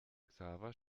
xaver